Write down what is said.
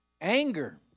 anger